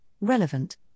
relevant